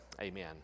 amen